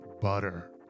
Butter